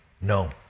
No